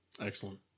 Excellent